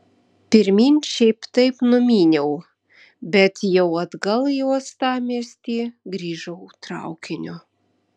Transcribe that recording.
pirmyn šiaip taip numyniau bet jau atgal į uostamiestį grįžau traukiniu